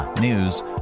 .news